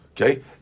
Okay